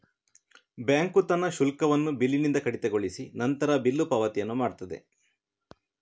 bank ತನ್ನ ಶುಲ್ಕವನ್ನ ಬಿಲ್ಲಿನಿಂದ ಕಡಿತಗೊಳಿಸಿ ನಂತರ ಬಿಲ್ಲು ಪಾವತಿಯನ್ನ ಮಾಡ್ತದೆ